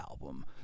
album